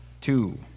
Two